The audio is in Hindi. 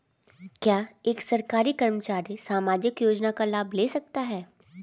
क्या एक सरकारी कर्मचारी सामाजिक योजना का लाभ ले सकता है?